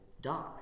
die